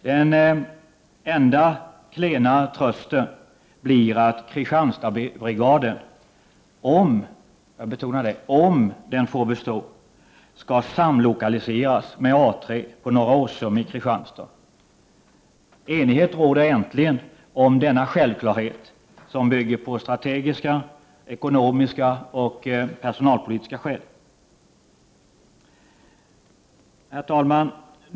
Den enda klena trösten blir att Kristianstadsbrigaden — om den får bestå — skall samlokaliseras med A 3 på Norra Åsum i Kristianstad. Enighet råder äntligen om denna självklarhet, som bygger på strategiska, ekonomiska och personalpolitiska skäl. Herr talman!